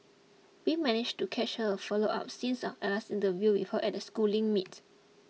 we managed to catch her for a follow up since our last interview with her at a schooling meet